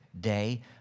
day